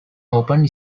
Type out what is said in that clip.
open